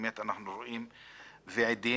אנחנו רואים ועדים,